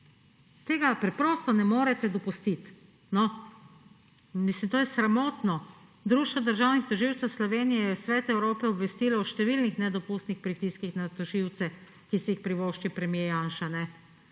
Tega preprosto ne morete dopustiti, no. Mislim, to je sramotno. Društvo državnih tožilcev Slovenije je Svet Evrope obvestilo o številnih nedopustnih pritiskih na tožilce, ki si jih privošči premier Janša.